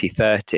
2030